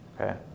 Okay